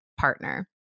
partner